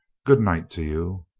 good night to you.